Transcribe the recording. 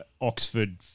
Oxford